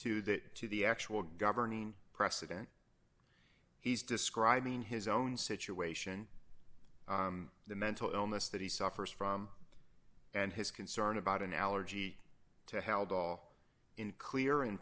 to that to the actual governing precedent he's describing his own situation the mental illness that he suffers from and his concern about an allergy to held all in clear